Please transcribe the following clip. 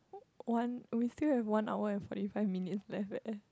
one we still have one hour forty five minutes left leh